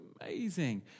amazing